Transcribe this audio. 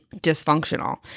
dysfunctional